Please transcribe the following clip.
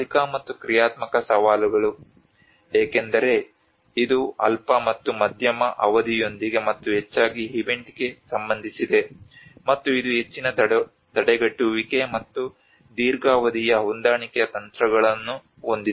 ತಾತ್ಕಾಲಿಕ ಮತ್ತು ಕ್ರಿಯಾತ್ಮಕ ಸವಾಲುಗಳು ಏಕೆಂದರೆ ಇದು ಅಲ್ಪ ಮತ್ತು ಮಧ್ಯಮ ಅವಧಿಯೊಂದಿಗೆ ಮತ್ತು ಹೆಚ್ಚಾಗಿ ಈವೆಂಟ್ಗೆ ಸಂಬಂಧಿಸಿದೆ ಮತ್ತು ಇದು ಹೆಚ್ಚಿನ ತಡೆಗಟ್ಟುವಿಕೆ ಮತ್ತು ದೀರ್ಘಾವಧಿಯ ಹೊಂದಾಣಿಕೆಯ ತಂತ್ರಗಳನ್ನು ಹೊಂದಿದೆ